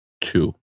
two